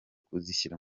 kuzishyira